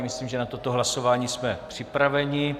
Myslím, že na toto hlasování jsme připraveni.